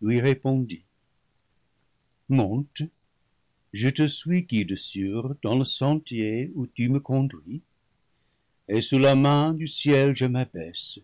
lui répondit monte je te suis guide sûr dans le sentier où tu me con duis et sous la main du ciel je m'abaisse